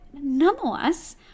nonetheless